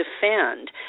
defend